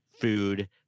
food